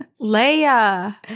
Leia